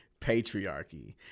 patriarchy